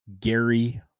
Gary